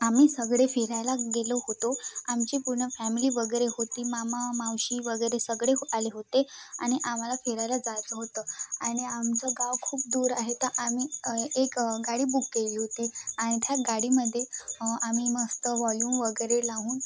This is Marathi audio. आम्ही सगळे फिरायला गेलो होतो आमची पूर्ण फॅमिली वगैरे होती मामा मावशी वगैरे सगळे आले होते आणि आम्हाला फिरायला जायचं होतं आणि आमचं गाव खूप दूर आहे तर आम्ही एक गाडी बुक केली होती आणि त्या गाडीमध्ये आम्ही मस्त वाल्यूम वगैरे लावून